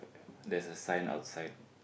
there's a sign outside